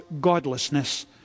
godlessness